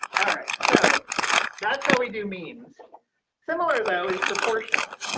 ah right, so that's how we do means similar though is proportions.